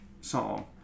song